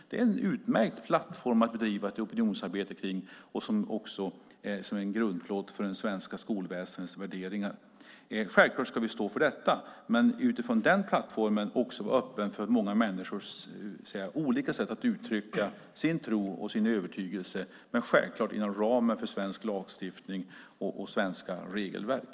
Det är en utmärkt plattform att bedriva ett opinionsarbete kring, och det är en grundplåt för det svenska skolväsendets värderingar. Självklart ska vi stå för detta, men vi ska också utifrån den plattformen vara öppna för många människors olika sätt att uttrycka sin tro och övertygelse, men det ska självklart vara inom ramen för svensk lagstiftning och svenska regelverk.